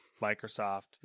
Microsoft